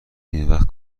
نیمهوقت